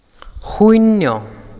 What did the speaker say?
শূন্য